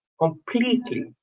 completely